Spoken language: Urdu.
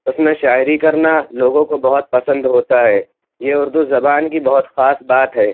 اُس میں شاعری کرنا لوگوں کو بہت پسند ہوتا ہے یہ اُردو زبان کی بہت خاص بات ہے